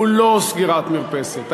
הוא לא סגירת מרפסת,